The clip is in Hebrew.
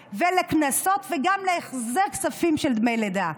ולקנסות וגם להחזר הכספים של דמי לידה.